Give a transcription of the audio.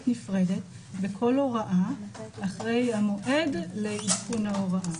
נפרדת בכל הוראה אחרי המועד לעדכון ההוראה.